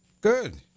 Good